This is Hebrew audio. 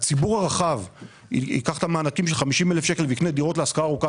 הציבור הרחב ייקח את המענקים של 50,000 שקלים ויקנה דירות להשכרה ארוכת